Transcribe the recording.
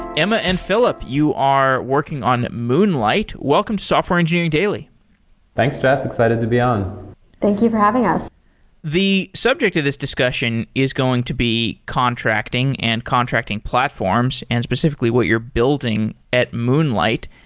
emma and philip, you are working on moonlight. welcome to software engineering daily thanks, jeff. excited to be on thank you for having us the subject of this discussion is going to be contracting and contracting platforms and specifically what you're building at moonlight.